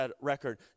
record